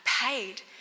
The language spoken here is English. paid